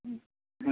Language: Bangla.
হুম হুম